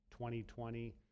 2020